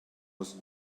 was